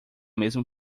mesma